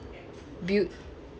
build